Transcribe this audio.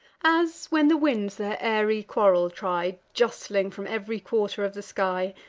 as, when the winds their airy quarrel try, justling from ev'ry quarter of the sky,